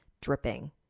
dripping